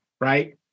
right